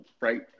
right